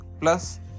plus